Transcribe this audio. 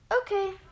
okay